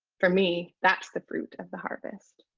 for me, that's the fruit of the harvest.